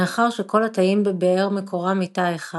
מאחר שכל התאים בבאר מקורם מתא אחד,